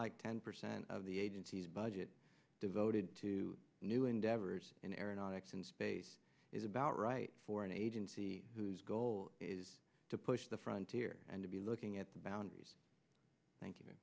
like ten percent of the agency's budget devoted to new endeavors in aeronautics and space is about right for an agency whose goal is to push the frontier and to be looking at the boundaries thank you